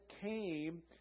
came